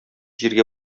җиргә